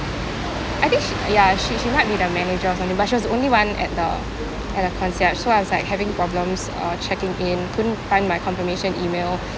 I think sh~ ya she she might be the manager or something but she was the only one at the at the concierge so I was like having problems uh checking in couldn't find my confirmation email